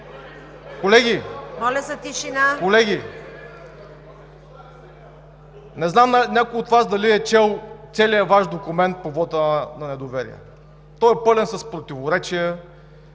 ШИШКОВ: Колеги, не знам дали някой от Вас е чел целия Ваш документ по вота на недоверие. Той е пълен с противоречия,